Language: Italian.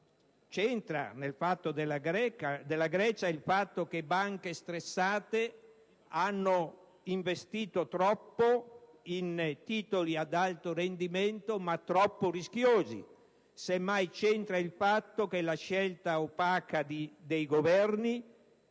c'entra nel fatto della Grecia che banche stressate hanno investito troppo in titoli ad alto rendimento, ma troppo rischiosi; semmai c'entra il fatto che la scelta opaca dei Governi